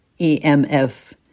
EMF